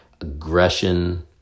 Aggression